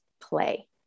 play